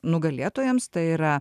nugalėtojams tai yra